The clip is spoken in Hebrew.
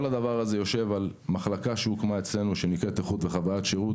כל הדבר הזה יושב על מחלקה שהוקמה אצלנו שנקראת איכות וחווית שירות,